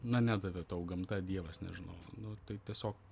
na nedavė tau gamta dievas nežinau nu tai tiesiog